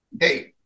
Hey